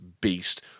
beast